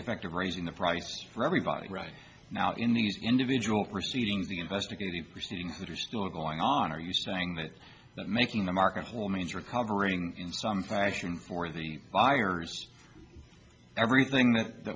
effect of raising the price for everybody right now in these individual proceedings the investigative proceeding which are still going on are you saying that making the market whole means recovering in some fashion for the buyers everything that that